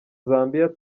zambia